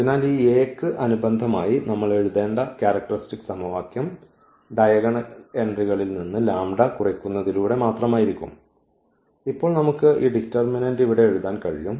അതിനാൽ ഈ A യ്ക്ക് അനുബന്ധമായി നമ്മൾ എഴുതേണ്ട ക്യാരക്ടർസ്റ്റിക്സ് സമവാക്യം ഡയഗണൽ എൻട്രികളിൽ നിന്ന് കുറയ്ക്കുന്നതിലൂടെ മാത്രമായിരിക്കും ഇപ്പോൾ നമുക്ക് ഈ ഡിറ്റർമിനന്റ് ഇവിടെ എഴുതാൻ കഴിയും